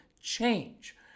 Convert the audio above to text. change